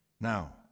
Now